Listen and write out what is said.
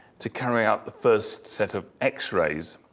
to carry out the first set of x-rays.